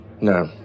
no